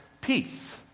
peace